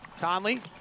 Conley